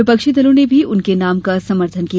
विपक्षी दलों ने भी उनके नाम का समर्थन किया